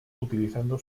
utilizando